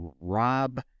Rob